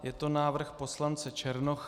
Je to návrh poslance Černocha.